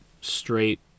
straight